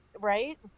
Right